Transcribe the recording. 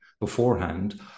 beforehand